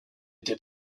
été